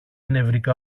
νευρικά